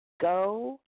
go